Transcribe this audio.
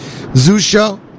Zusha